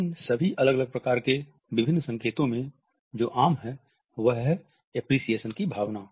इन सभी अलग अलग प्रकार के विभिन्न संकेतों में जो आम है वह है एप्रीसिएशन की भावना